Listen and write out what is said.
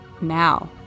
now